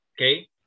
Okay